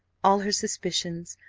all her suspicions,